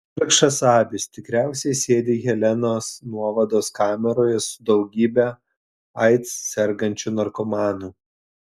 vargšas abis tikriausiai sėdi helenos nuovados kameroje su daugybe aids sergančių narkomanų